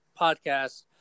podcast